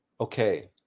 Okay